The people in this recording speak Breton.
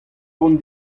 vont